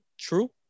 true